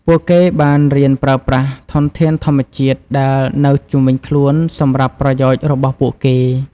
ពួកគេបានរៀនប្រើប្រាស់ធនធានធម្មជាតិដែលនៅជុំវិញខ្លួនសម្រាប់ប្រយោជន៍របស់ពួកគេ។